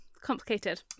Complicated